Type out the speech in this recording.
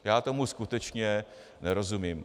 Já tomu skutečně nerozumím.